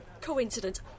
Coincidence